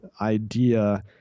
idea